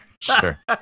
Sure